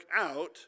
out